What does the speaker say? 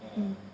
mm